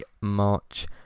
March